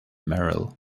merrill